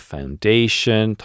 Foundation